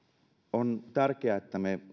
on tärkeää että me